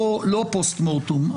לא פוסט מורטם.